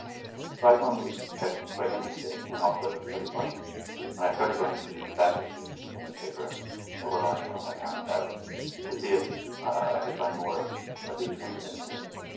so i found these texts quite interesting and also pretty funny and i started going through back issues of the newspaper that were lying around my parents house to see if i could find more of these kinds of incidents.